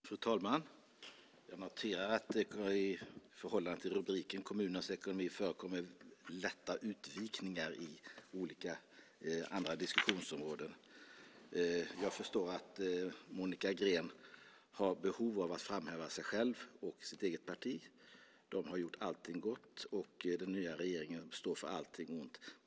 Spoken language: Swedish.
Fru talman! Jag noterar att det i förhållande till rubriken, Kommunernas ekonomi , förekommer lätta utvikningar på olika andra diskussionsområden. Jag förstår att Monica Green har behov av att framhäva sig själv och sitt eget parti. De har gjort allting gott, och den nya regeringen står för allting ont.